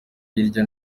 hirya